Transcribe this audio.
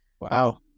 Wow